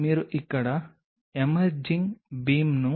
మీరు వాటిని ఉత్పత్తి చేయవచ్చు